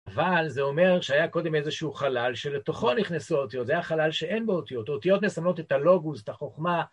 אבל, זה אומר שהיה קודם איזשהו חלל שלתוכו נכנסו האותיות, זה היה חלל שאין בו אותיות, האותיות מסמלות את הלוגוס, את החוכמה.